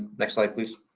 next slide, please.